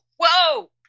whoa